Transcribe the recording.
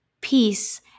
peace